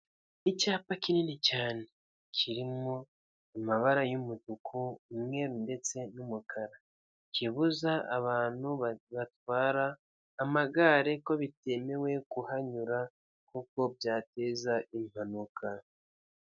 Icyapa kinini cyane, kirimo amabara y'umutuku umweru ndetse n'umukara, kibuza abantu batwara amagare ko bitemewe kuhanyura kuko byateza impanuka.